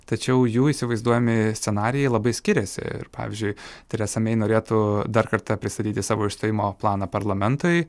tačiau jų įsivaizduojami scenarijai labai skiriasi ir pavyzdžiui teresa mei norėtų dar kartą pristatyti savo išstojimo planą parlamentui